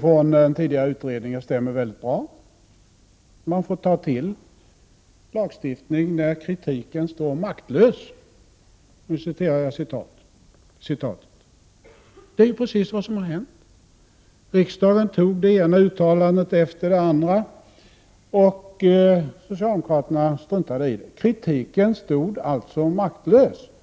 från den tidigare utredningen stämmer mycket bra: Man får ta till lagstiftning när ”kritiken står maktlös” — det är precis vad som har hänt. Riksdagen antog det ena uttalandet efter det andra, och socialdemokraterna struntade i dem. Kritiken stod alltså maktlös.